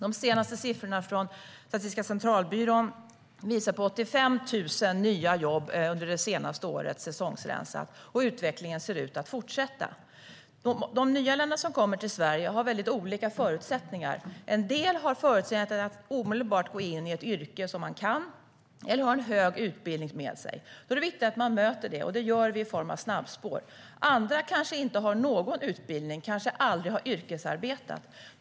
De senaste siffrorna från Statistiska centralbyrån visar på 85 000 nya jobb det senaste året, säsongsrensat, och utvecklingen ser ut att fortsätta. De nyanlända som kommer till Sverige har väldigt olika förutsättningar. En del har förutsättningar att omedelbart gå in i ett yrke som de kan eller har en hög utbildning med sig. Då är det viktigt att man möter det, och det gör vi i form av snabbspår. Andra kanske inte har någon utbildning alls och har kanske aldrig yrkesarbetat.